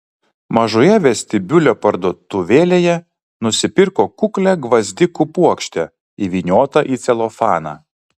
mažoje vestibiulio parduotuvėlėje nusipirko kuklią gvazdikų puokštę įvyniotą į celofaną